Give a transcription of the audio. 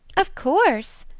of course,